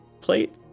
plate